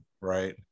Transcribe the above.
right